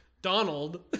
Donald